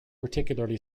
particularly